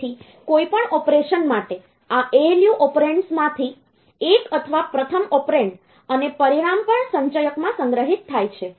તેથી કોઈપણ ઓપરેશન માટે આ ALU ઓપરેન્ડમાંથી એક અથવા પ્રથમ ઓપરેન્ડ અને પરિણામ પણ સંચયકમાં સંગ્રહિત થાય છે